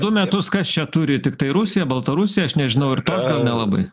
du metus kas čia turi tiktai rusija baltarusija aš nežinau ir tos gal nelabai